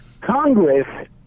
Congress